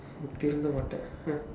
நீ திருந்த மாட்டே:nii thirundtha maatdee